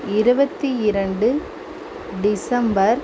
இருபத்தி இரண்டு டிசம்பர்